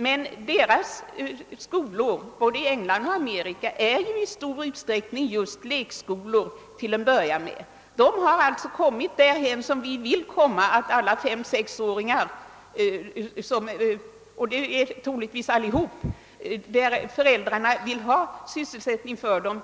Men skolorna i både England och Amerika är i stor utsträckning till att börja med just lekskolor. Dessa länder har alltså kommit dit vi vill komma, nämligen att alla fem—sexåringar för vilka föräldrarna önskar sysselsättning skall